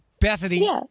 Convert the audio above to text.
Bethany